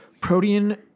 Protein